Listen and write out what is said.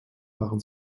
waren